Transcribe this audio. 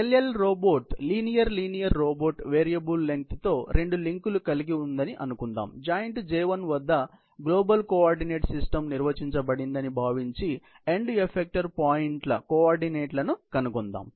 LL robot linear linear robot variable lengths తో రెండు లింకులు కలిగి ఉందని అనుకొందాం జాయింట్ J1 వద్ద గ్లోబల్ కోఆర్డినేట్ సిస్టమ్ నిర్వచించబడిందని భావించి ఎండ్ ఎఫెక్టార్ పాయింట్ల కోఆర్డినేట్లను కనుగొందాం